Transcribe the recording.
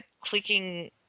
clicking